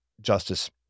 Justice